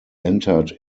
entered